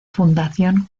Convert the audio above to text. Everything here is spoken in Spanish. fundación